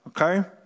Okay